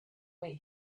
wait